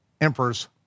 emperor's